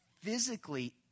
physically